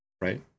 Right